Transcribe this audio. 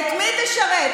את מי תשרת?